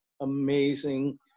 amazing